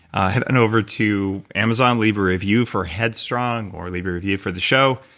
ah head and over to amazon, leave a review for headstrong or leave a review for the show,